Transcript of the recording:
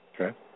Okay